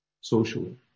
socially